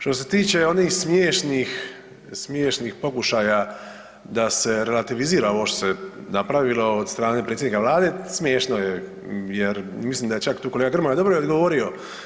Što se tiče onih smiješnih pokušaja da se relativizira ovo što se napravilo od strane predsjednika Vlade, smiješno je jer mislim da je čak tu kolega Grmoja dobro je odgovorio.